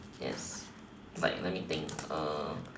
yes like let me think err